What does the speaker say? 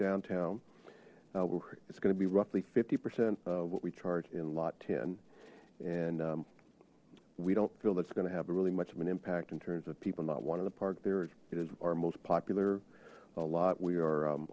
downtown we're it's going to be roughly fifty percent of what we charge in lot ten and we don't feel that's gonna have a really much of an impact in terms of people not one in the park there it is our most popular a lot we are